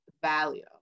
value